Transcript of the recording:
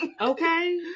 Okay